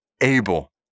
able